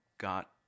got